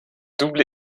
double